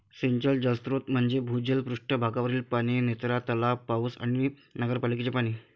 सिंचन जलस्रोत म्हणजे भूजल, पृष्ठ भागावरील पाणी, निचरा तलाव, पाऊस आणि नगरपालिकेचे पाणी